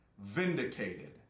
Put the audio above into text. vindicated